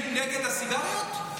אני הייתי נגד הסיגריות?